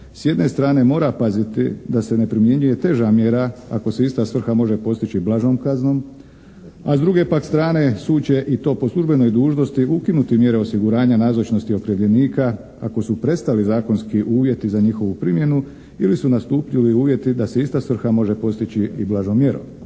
s jedne strane mora paziti da se ne primjenjuje teža mjera ako se ista svrha može postići blažom kaznom, a s druge pak strane sud će i to po službenoj dužnosti ukinuti mjere osiguranja nazočnosti okrivljenika ako su prestali zakonski uvjeti za njihovu primjenu ili su nastupili uvjeti da se ista svrha može postići i blažom mjerom.